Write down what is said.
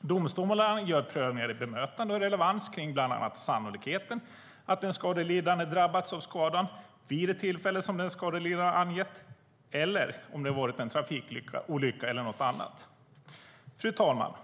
Domstolarna gör prövningar i bemötande och relevans av bland annat sannolikheten att den skadelidande har drabbats av skadan vid det tillfälle som den skadelidande har angett eller om det har varit en trafikolycka eller något annat. Fru talman!